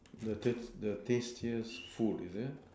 the th~ the tastiest food is it